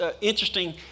interesting